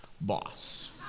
boss